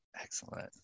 Excellent